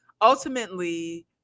Ultimately